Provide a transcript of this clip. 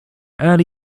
early